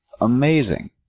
amazing